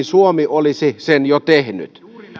suomi olisi sen jo tehnyt